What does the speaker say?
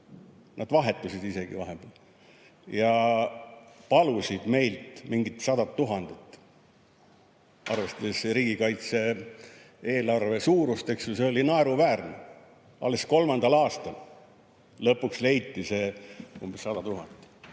Nad vahetusid isegi vahepeal ja palusid meilt umbes sada tuhat. Arvestades riigikaitse eelarve suurust, eks ju, oli see naeruväärne. Alles kolmandal aastal lõpuks leiti see sada tuhat.